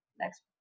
next